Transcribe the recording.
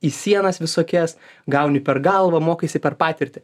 į sienas visokias gauni per galvą mokaisi per patirtį